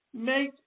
Make